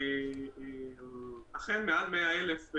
אכן מעל 100,000,